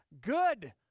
good